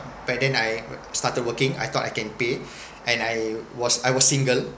by then I started working I thought I can pay and I was I was single